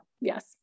Yes